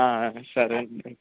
సరే అండి